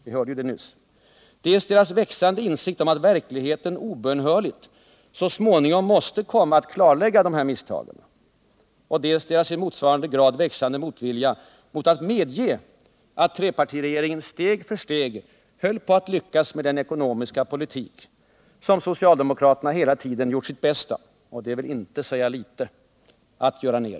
Vi hörde det nyss. Dels deras växande insikt om att verkligheten obönhörligt så småningom måste komma att klarlägga vad som brustit. Dels deras i motsvarande grad växande motvilja mot att medge att trepartiregeringen steg för steg höll på att lyckas med den ekonomiska politik som socialdemokraterna gjorde sitt bästa — och det vill inte säga litet — för att göra ned.